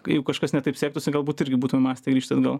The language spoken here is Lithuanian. jeigu kažkas ne taip sektųsi galbūt irgi būtume mąstę grįžt atgal